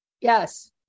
Yes